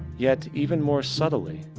yet even more subtly,